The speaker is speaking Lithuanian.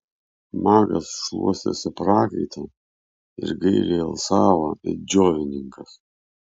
magas šluostėsi prakaitą ir gailiai alsavo it džiovininkas